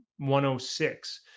106